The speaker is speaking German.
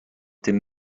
dem